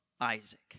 Isaac